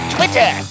Twitter